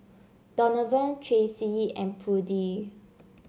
Donavon Tracee and Prudie